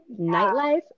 nightlife